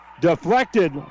deflected